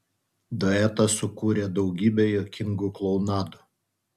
duetas sukūrė daugybę juokingų klounadų